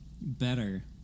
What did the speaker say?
better